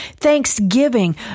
thanksgiving